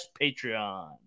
Patreon